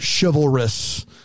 chivalrous